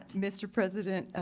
mr. president,